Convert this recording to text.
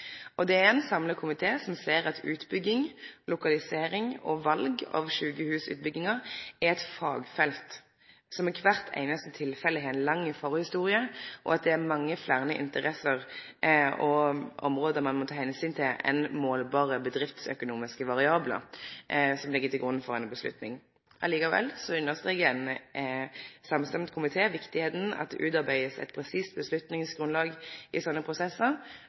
breidd. Det er ein samla komité som ser at utbygging, lokalisering og val av sjukehusutbyggingar er eit fagfelt, som i kvart einaste tilfelle har ei lang forhistorie, og at det er mange fleire interesser og område ein må ta omsyn til enn målbare bedriftsøkonomiske variablar som ligg til grunn for eit vedtak. Likevel understrekar ein samstemt komité at det er viktig at det blir utarbeidd eit presist avgjerdsgrunnlag i sånne prosessar,